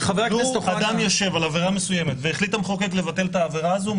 לו אדם יושב על עברה מסוימת והחליט המחוקק לבטל את העברה הזו,